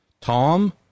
Tom